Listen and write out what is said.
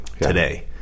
today